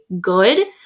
good